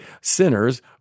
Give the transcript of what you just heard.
sinners